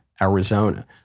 Arizona